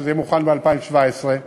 וזה יהיה מוכן ב-2017 בעצם,